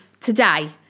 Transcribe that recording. today